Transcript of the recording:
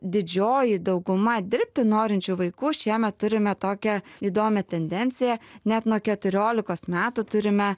didžioji dauguma dirbti norinčių vaikų šiemet turime tokią įdomią tendenciją net nuo keturiolikos metų turime